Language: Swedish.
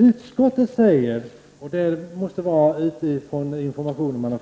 Utskottet skriver — och det måste vara utifrån information